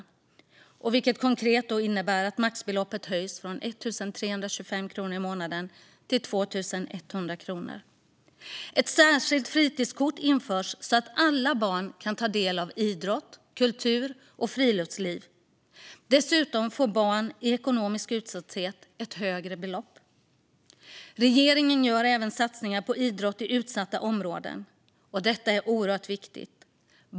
Detta innebär konkret att maxbeloppet höjs från 1 325 kronor i månaden till 2 100 kronor. Ett särskilt fritidskort införs, så att alla barn kan ta del av idrott, kultur och friluftsliv. Dessutom får barn i ekonomisk utsatthet ett högre belopp. Regeringen gör även satsningar på idrott i utsatta områden. Detta är oerhört viktigt.